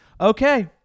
okay